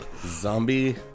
Zombie